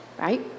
right